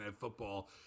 Football